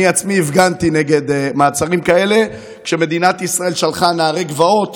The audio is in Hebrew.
אני עצמי הפגנתי נגד מעצרים כאלה כשמדינת ישראל שלחה נערי גבעות